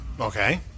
Okay